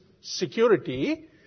security